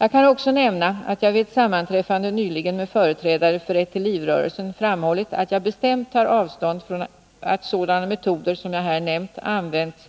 Jag kan också nämna att jag vid ett sammanträffande nyligen med företrädare för Rätt till liv-rörelsen framhållit att jag bestämt tar avstånd från att sådana metoder, som jag här nämnt, används